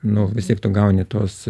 nu vis tiek tu gauni tuos